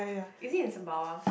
is it in sembawang